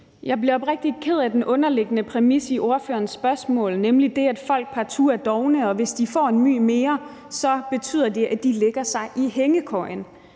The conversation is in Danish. Jeg bliver oprigtig ked af den underliggende præmis i ordførerens spørgsmål, nemlig den, at folk partout er dovne, og at hvis de får en my mere, betyder det, at de lægger sig i hængekøjen.